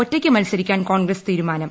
ഒറയ്ക്ക് മത്സരിക്കാൻ കോൺഗ്രസ് തീരുമാനം